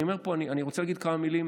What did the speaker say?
אני רוצה להגיד כמה מילים